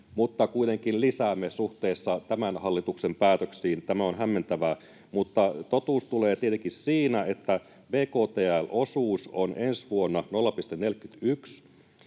mutta kuitenkin lisäämme suhteessa tämän hallituksen päätöksiin, on hämmentävää. Mutta totuus tulee tietenkin siinä, että bktl-osuus on ensi vuonna 0,41